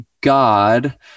God